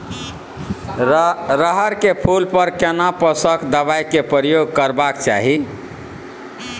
रहर के फूल पर केना पोषक दबाय के प्रयोग करबाक चाही?